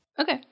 Okay